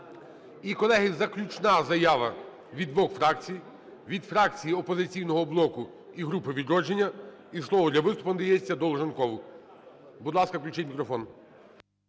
І колеги, заключна заява від двох фракцій, від фракції "Опозиційного блоку" і групи "Відродження". І слово для виступу надається Долженкову. Будь ласка, включіть мікрофон.